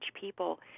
people